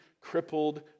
crippled